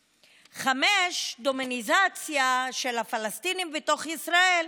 5. דמוניזציה של הפלסטינים בתוך ישראל,